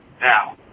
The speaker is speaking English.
now